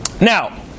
Now